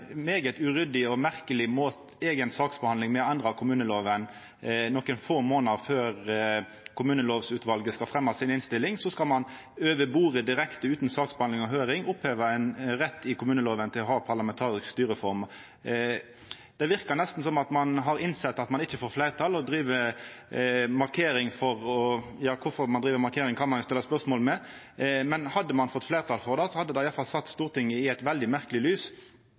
uryddig og merkeleg eiga saksbehandling med å endra kommunelova. Nokre få månader før Kommunelovutvalet skal leggja fram si innstilling, skal ein over bordet – direkte og utan saksbehandling og høyring – oppheva ein rett i kommunelova til å ha parlamentarisk styreform. Det verkar nesten som om ein har innsett at ein ikkje får fleirtal og driv med markering for å – ja, kvifor ein driv med markering, kan ein stilla spørsmål ved. Men hadde ein fått fleirtal for det, så hadde det i alle fall sett Stortinget i eit veldig merkeleg lys